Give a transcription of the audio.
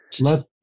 Let